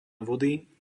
vody